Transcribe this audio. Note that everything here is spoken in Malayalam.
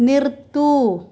നിർത്തൂ